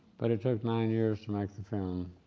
but it took nine years to make the film.